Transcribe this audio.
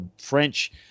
French